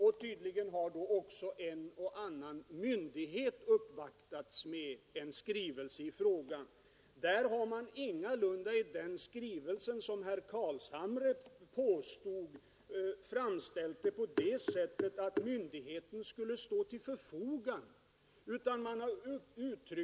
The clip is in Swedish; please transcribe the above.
Tydligen har även en och annan myndighet uppvaktats med en skrivelse i frågan. I skrivelsen har man ingalunda — som herr Carlshamre påstod — sagt att myndigheterna skulle stå till förfogande som en remissinstans.